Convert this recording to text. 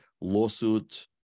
lawsuit